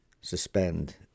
suspend